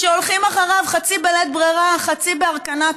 שהולכים אחריו חצי בלית ברירה חצי בהרכנת